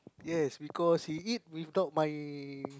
yes because he eat without my